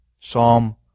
Psalm